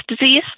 disease